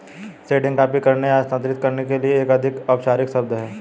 seeding copy करने या स्थानांतरित करने के लिए एक अधिक औपचारिक शब्द है